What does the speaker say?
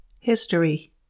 History